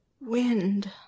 wind